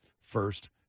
first